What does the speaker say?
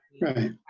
right